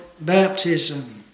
baptism